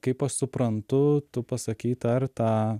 kaip aš suprantu tu pasakei tą ir tą